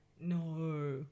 No